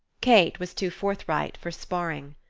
kate was too forthright for sparring.